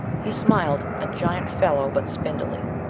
he smiled. a giant fellow, but spindly.